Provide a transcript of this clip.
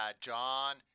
John